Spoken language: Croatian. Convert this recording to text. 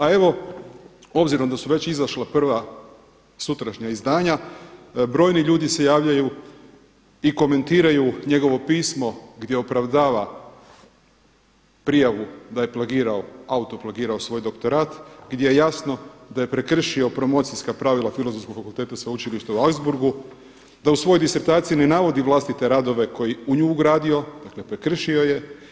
A evo, obzirom da su već izašla prva sutrašnja izdanja brojni ljudi se javljaju i komentiraju njegovo pismo gdje opravdava prijavu da je plagirao, autoplagirao svoj doktorat gdje jasno da je prekršio promocijska pravila Filozofskog fakulteta Sveučilišta u Augsburgu, da u svojoj disertaciji ne navodi vlastite radove koji je u nju ugradio, dakle prekršio je.